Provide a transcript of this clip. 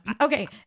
okay